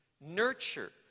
nurture